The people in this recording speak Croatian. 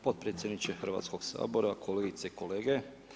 Potpredsjedniče Hrvatskoga sabora, kolegice i kolege.